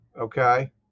Okay